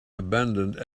abandoned